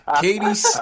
Katie